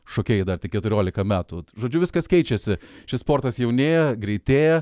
šokėjai dar tik keturiolika metų žodžiu viskas keičiasi šis sportas jaunėja greitėja